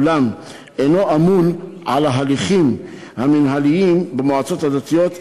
אולם אינו אמון על ההליכים המינהליים במועצות הדתיות.